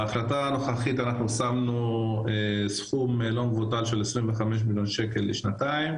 בהחלטה הנוכחית אנחנו שמנו סכום לא מבוטל של 25 מיליון ₪ לשנתיים.